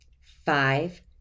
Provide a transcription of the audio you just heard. Five